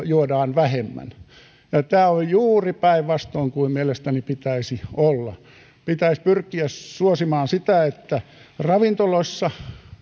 juodaan vähemmän ja tämä on juuri päinvastoin kuin mielestäni pitäisi olla pitäisi pyrkiä suosimaan sitä että ravintoloissa